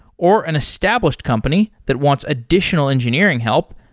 or an established company that wants additional engineering help,